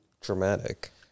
dramatic